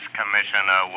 Commissioner